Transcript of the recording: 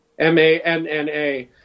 M-A-N-N-A